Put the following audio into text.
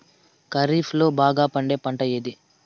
ఖరీఫ్ లో బాగా పండే పంట ఏది?